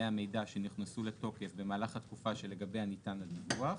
המידע שנכנסו לתוקף במהלך התקופה שלגביה ניתן הדיווח.